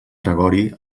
gregori